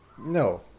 No